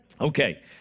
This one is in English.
Okay